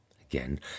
Again